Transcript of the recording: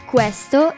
Questo